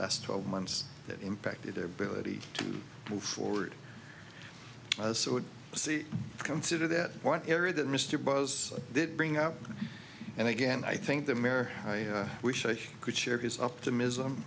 last twelve months that impacted their ability to move forward so i see consider that one area that mr buzz did bring up and again i think the mare i wish i could share his optimism